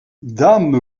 dame